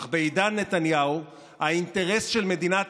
אך בעידן נתניהו האינטרס של מדינת